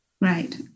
Right